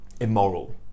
immoral